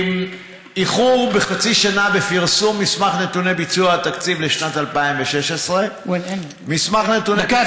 איחור בחצי שנה בפרסום מסמך נתוני ביצוע התקציב לשנת 2016. דקה,